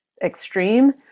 extreme